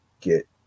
get